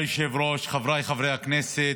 אדוני היושב-ראש, חבריי חברי הכנסת,